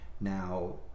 Now